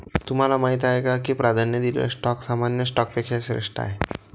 तुम्हाला माहीत आहे का की प्राधान्य दिलेला स्टॉक सामान्य स्टॉकपेक्षा श्रेष्ठ आहे?